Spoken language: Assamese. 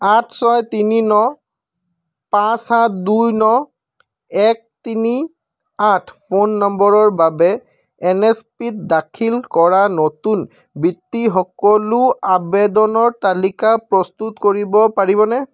আঠ ছয় তিনি ন পাঁচ সাত দুই ন এক তিনি আঠ ফোন নম্বৰৰ বাবে এনএছপিত দাখিল কৰা নতুন বৃত্তিৰ সকলো আবেদনৰ তালিকা প্ৰস্তুত কৰিব পাৰিবনে